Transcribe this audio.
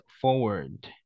forward